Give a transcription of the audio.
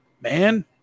man